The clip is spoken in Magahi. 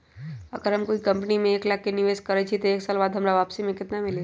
अगर हम कोई कंपनी में एक लाख के निवेस करईछी त एक साल बाद हमरा वापसी में केतना मिली?